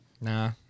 Nah